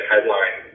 Headline